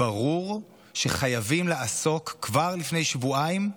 ברור שחייבים לעסוק, כבר לפני שבועיים,